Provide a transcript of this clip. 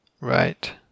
Right